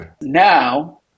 now